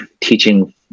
teaching